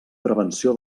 prevenció